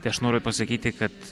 tai aš noriu pasakyti kad